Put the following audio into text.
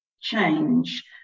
change